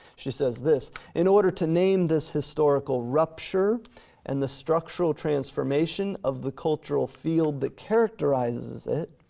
she says this in order to name this historical rupture and the structural transformation of the cultural field that characterizes it,